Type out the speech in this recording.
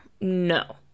No